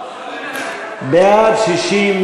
בעד 60,